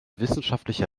wissenschaftliche